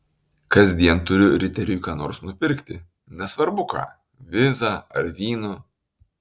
kasdien turiu riteriui ką nors nupirkti nesvarbu ką vizą ar vyno